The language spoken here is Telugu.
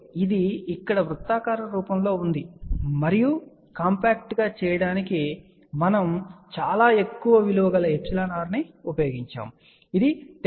కాబట్టి ఇది ఇక్కడ వృత్తాకార రూపంలో ఉంది మరియు కాంపాక్ట్ గా చేయడానికి మనము చాలా ఎక్కువ విలువన గల εr ను ఉపయోగించాము ఇది 10